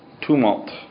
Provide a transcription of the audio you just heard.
tumult